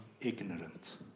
ignorant